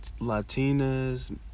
Latinas